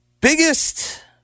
biggest